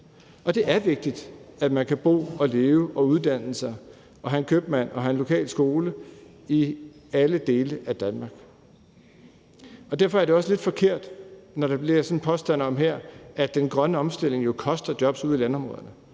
Og det er vigtigt, at man kan bo og leve og uddanne sig og have en købmand og have en lokal skole i alle dele af Danmark, og derfor er det også lidt forkert, når der kommer en påstand om, at den grønne omstilling jo koster jobs ude i landområderne.